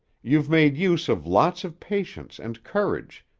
you've made use of lots of patience and courage,